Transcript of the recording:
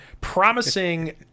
promising